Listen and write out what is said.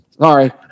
Sorry